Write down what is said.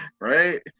Right